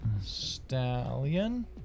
Stallion